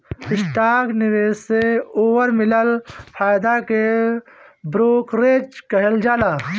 stock निवेश से ओकर मिलल फायदा के ब्रोकरेज कहल जाला